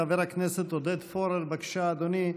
חבר הכנסת עודד פורר, בבקשה, אדוני.